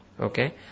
Okay